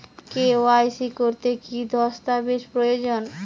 KYC করতে কি দস্তাবেজ প্রয়োজন?